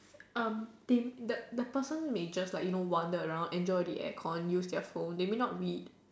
um tame the the person may just like you know wander around enjoy the aircon use their phone they may not read